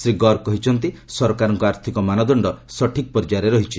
ଶ୍ରୀ ଗର୍ଗ କହିଛନ୍ତି ସରକାରଙ୍କ ଆର୍ଥିକ ମାନଦଶ୍ଡ ସଠିକ୍ ପର୍ଯ୍ୟାୟରେ ରହିଛି